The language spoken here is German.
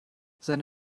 seine